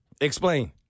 explain